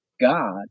God